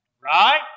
Right